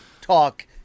talk